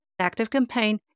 ActiveCampaign